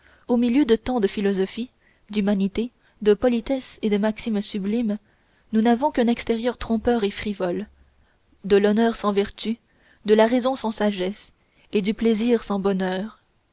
au milieu de tant de philosophie d'humanité de politesse et de maximes sublimes nous n'avons qu'un extérieur trompeur et frivole de l'honneur sans vertu de la raison sans sagesse et du plaisir sans bonheur